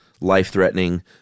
life-threatening